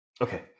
okay